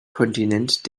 kontinent